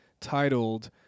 titled